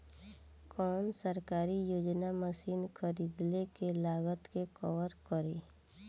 कौन सरकारी योजना मशीन खरीदले के लागत के कवर करीं?